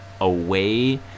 away